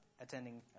attending